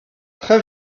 très